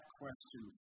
question